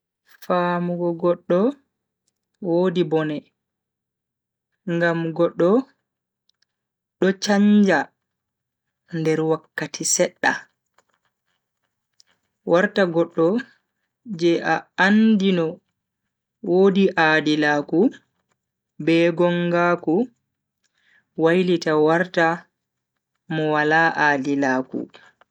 Famugo goddo wodi bone, ngam goddo do chanja nder wakkati sedda. warta goddo je a andi no wodi aadilaku be gongaku wailita warta mo wala aadilaku.